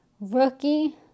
rookie